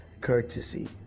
courtesy